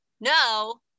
no